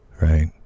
right